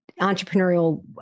entrepreneurial